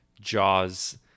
jaws